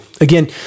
Again